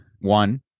One